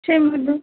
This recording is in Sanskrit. क्षम्यताम्